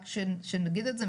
רק שנגיד את זה,